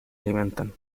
alimentan